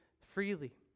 freely